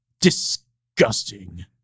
Disgusting